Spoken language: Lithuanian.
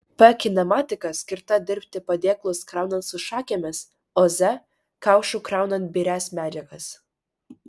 p kinematika skirta dirbti padėklus kraunant su šakėmis o z kaušu kraunant birias medžiagas